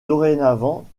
dorénavant